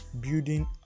building